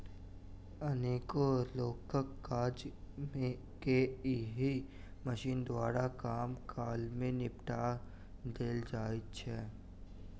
अनेको लोकक काज के एहि मशीन द्वारा कम काल मे निपटा देल जाइत छै